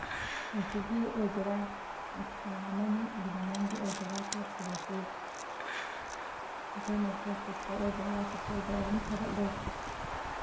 ꯅꯨꯡꯇꯤꯒꯤ ꯑꯣꯏꯒꯦꯔꯥ ꯊꯥ ꯑꯃꯃꯨꯛꯒꯤ ꯃꯃꯥꯡꯗ ꯑꯣꯏꯒꯦꯔꯥ ꯀꯥꯞꯈꯤꯕꯁꯦ ꯑꯩꯈꯣꯏꯅ ꯐꯦꯁꯕꯨꯛꯇ ꯑꯣꯏꯒꯦꯔꯥ ꯋꯥꯆꯞꯇ ꯑꯣꯏꯒꯦꯔꯥ ꯑꯗꯨꯝ ꯊꯥꯒꯠꯂꯦ